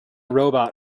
robot